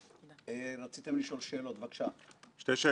הפיננסית וביטחון של המגזר העסקי ליטול אשראי".